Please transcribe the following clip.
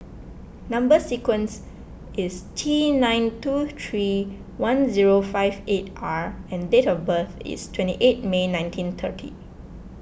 Number Sequence is T nine two three one zero five eight R and date of birth is twenty eight May nineteen thirty